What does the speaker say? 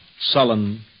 sullen